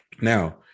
Now